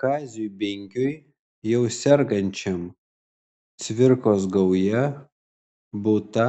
kaziui binkiui jau sergančiam cvirkos gauja butą